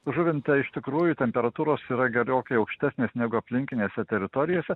žuvinte iš tikrųjų temperatūros yra gerokai aukštesnis negu aplinkinėse teritorijose